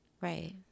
Right